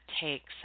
takes